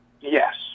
Yes